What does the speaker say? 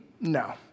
No